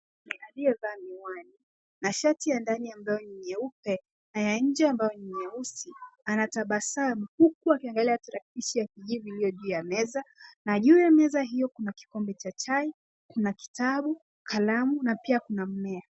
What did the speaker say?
Mwanamke aliyevalia miwani na shati ya ndani ambayo ni nyeupe na ya nje ambayo ni nyeusi, anatabasamu huku akiangalia tarakilishi ya kijivu iliyo juu ya meza, na juu ya meza hiyo kuna kikombe cha chai, kuna kitabu, kalamu, na pia kuna mmea.